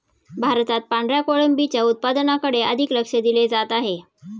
भारतात पांढऱ्या कोळंबीच्या उत्पादनाकडे अधिक लक्ष दिले जात आहे